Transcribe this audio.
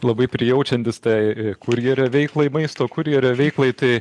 labai prijaučiantis tai kurjerio veiklai maisto kurjerio veiklai tai